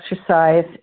exercise